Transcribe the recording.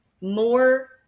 more